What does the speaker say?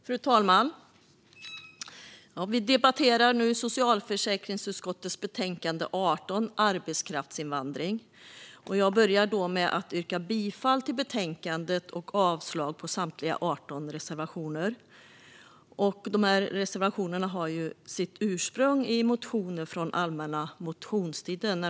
Fru talman! Vi debatterar nu socialförsäkringsutskottets betänkande 18 Arbetskraftsinvandring . Jag börjar med att yrka bifall till förslaget i betänkandet och avslag på samtliga 18 reservationer. Dessa reservationer har sitt ursprung i 80 yrkanden i motioner från allmänna motionstiden.